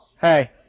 Hey